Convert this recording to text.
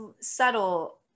subtle